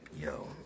yo